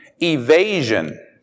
Evasion